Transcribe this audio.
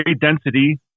density